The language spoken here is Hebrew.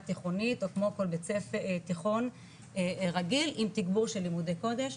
תיכונית או כמו כל בית ספר תיכון רגיל עם תגבור של לימודי קודש,